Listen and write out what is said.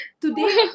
today